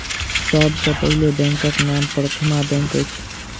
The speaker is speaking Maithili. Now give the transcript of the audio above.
सभ सॅ पहिल बैंकक नाम प्रथमा बैंक अछि